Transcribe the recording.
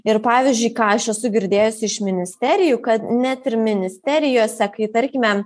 ir pavyzdžiui ką aš esu girdėjusi iš ministerijų kad net ir ministerijose kai tarkime